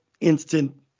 instant